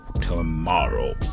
Tomorrow